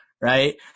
right